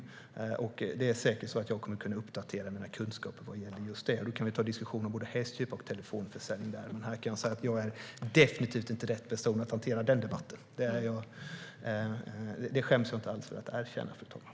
Jag kommer säkert att kunna uppdatera mina kunskaper vad gäller just detta. Då kan vi ta en diskussion om både hästköp och telefonförsäljning där. Men här kan jag säga: Jag är definitivt inte rätt person att hantera den debatten. Det skäms jag inte alls för att erkänna, fru talman.